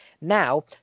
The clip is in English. now